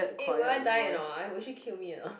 eh will I die or not ah will she kill me or not